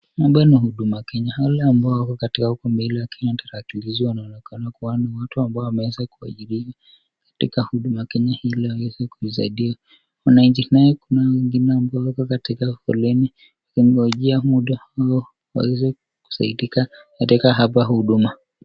Hapa ni huduma Kenya, wale ambao wako katika huko mbele wakiwa na tarakilishi wanaonekana kuwa ni watu ambao wameweza kuajiliwa katika huduma Kenya ili waweze kusaidia wananchi, naye kunao wengine ambao wako katika foleni wakingojea muda wao waweze kusaidika katika hapa huduma.